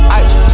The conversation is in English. ice